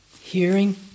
Hearing